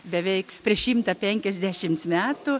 beveik prieš šimtą penkiasdešimts metų